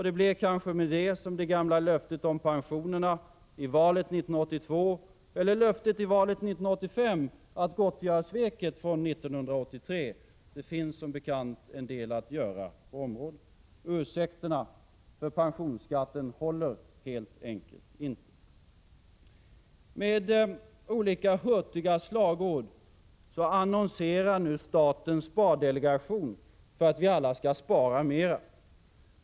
Det blir kanske med det som med det gamla löftet om pensionerna i valet 1982 eller löftet i valet 1985 att gottgöra sveket från 1983. Det finns som bekant en del att göra på området. Ursäkterna för pensionsskatten håller helt enkelt inte. Med olika hurtiga slagord annonserar nu statens spardelegation för att vi alla skall spara mera.